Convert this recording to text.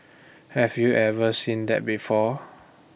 have you ever seen that before